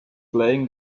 playing